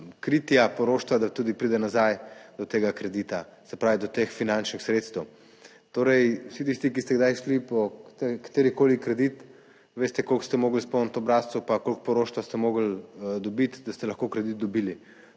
kritja, poroštva, da tudi pride nazaj do tega kredita, se pravi, do teh finančnih sredstev. Torej vsi tisti, ki ste kdaj šli po kateri koli kredit, veste koliko ste mogli izpolniti obrazcev, pa koliko poroštev ste mogli dobiti, da ste lahko kredit dobili.